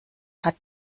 hat